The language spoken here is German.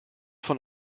von